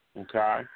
Okay